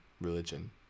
religion